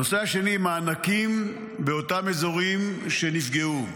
הנושא השני, מענקים באותם אזורים שנפגעו,